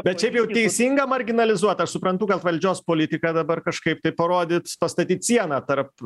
bet šiaip jau teisinga marginalizuot aš suprantu kad valdžios politika dabar kažkaip tai parodyt pastatyt sieną tarp